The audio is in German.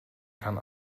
kann